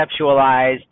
conceptualized